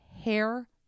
hair